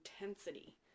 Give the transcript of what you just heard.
intensity